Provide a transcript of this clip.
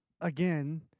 again